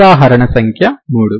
ఉదాహరణ సంఖ్య మూడు